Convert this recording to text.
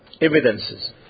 evidences